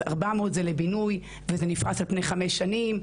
אז 400 מיליון שקל הם לבינוי וזה נפרס על פני חמש שנים.